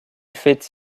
fait